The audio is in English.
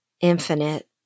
infinite